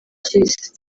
cy’isi